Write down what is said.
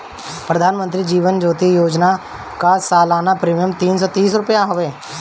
प्रधानमंत्री जीवन ज्योति बीमा योजना कअ सलाना प्रीमियर तीन सौ तीस रुपिया हवे